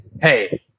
hey